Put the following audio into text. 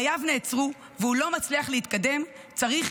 חייו נעצרו והוא לא מצליח להתקדם, צריך